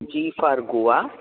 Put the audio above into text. हा जी फोर गोवा